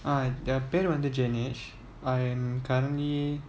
ah என் பேரு வந்து:en peru vanthu janish I am currently